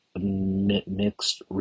mixed